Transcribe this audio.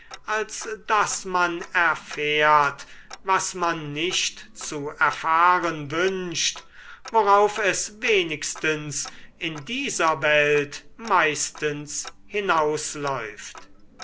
als daß man erfährt was man nicht zu erfahren wünscht worauf es wenigstens in dieser welt meistens hinausläuft